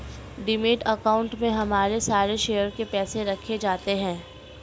demat account में हमारे सारे शेयर के पैसे रखे जाते हैं